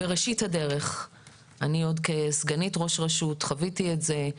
בראשית הדרך עוד כסגנית ראש רשות חוויתי את זה.